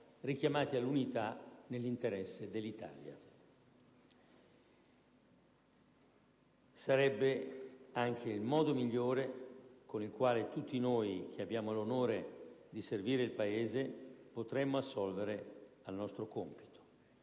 richiamati all'unità nell'interesse dell'Italia; sarebbe anche il modo migliore con il quale tutti noi, che abbiamo l'onore di servire il Paese, potremmo assolvere al nostro compito.